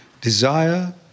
desire